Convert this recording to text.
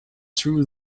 through